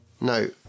No